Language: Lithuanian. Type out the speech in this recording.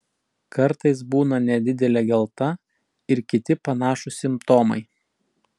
kartais būna nedidelė gelta ir kiti panašūs simptomai